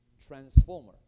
transformer